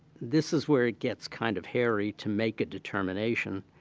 this is where it gets kind of hairy to make a determination.